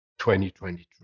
2023